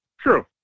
True